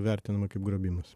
vertinama kaip grobimas